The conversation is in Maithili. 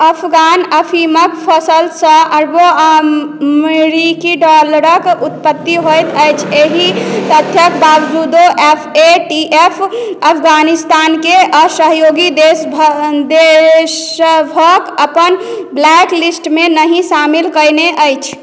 अफगान अफीमक फसलसँ अरबों अमरीकी डालरक उत्पत्ति होयत अछि एहि तथ्यक बावजूदो एफ ए टी एफ अफगानिस्तानकेँ असहयोगी देशसभक अपन ब्लैक लिस्टमे नहि शामिल कयने अछि